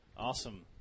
Awesome